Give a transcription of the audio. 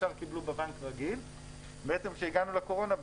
כשהגענו לקורונה,